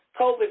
covid